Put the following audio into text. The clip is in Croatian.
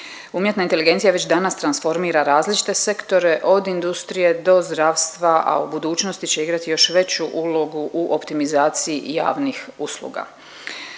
Umjetna inteligencija već danas transformira različite sektore od industrije do zdravstva, a u budućnosti će igrati još veću ulogu u optimizaciji javnih usluga.